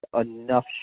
enough